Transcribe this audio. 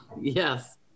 Yes